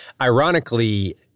ironically—